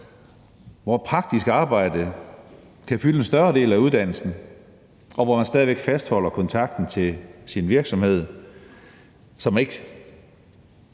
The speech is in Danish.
hvor praktisk arbejde kan fylde en større del af uddannelsen, og hvor man stadig væk fastholder kontakten til sin virksomhed, så man ikke